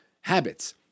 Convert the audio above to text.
Habits